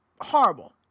horrible